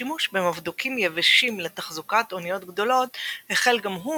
השימוש במבדוקים יבשים לתחזוקת אוניות גדולות החל גם הוא